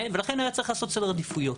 ולכן היה צריך לעשות סדר עדיפויות,